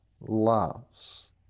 loves